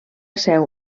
seu